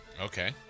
Okay